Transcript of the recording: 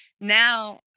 now